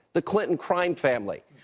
the clinton crime family.